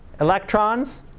electrons